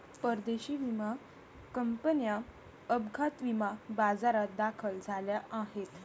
परदेशी विमा कंपन्या अपघात विमा बाजारात दाखल झाल्या आहेत